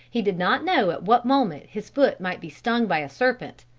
he did not know at what moment his foot might be stung by a serpent,